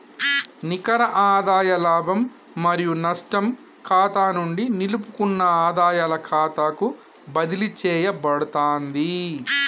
నికర ఆదాయ లాభం మరియు నష్టం ఖాతా నుండి నిలుపుకున్న ఆదాయాల ఖాతాకు బదిలీ చేయబడతాంది